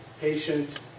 patient